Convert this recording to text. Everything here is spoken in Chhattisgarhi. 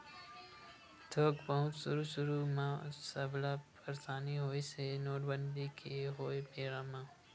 थोक बहुत सुरु सुरु म सबला परसानी होइस हे नोटबंदी के होय बेरा म